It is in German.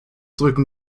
drücken